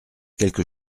quelque